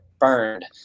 burned